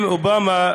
אם אובמה,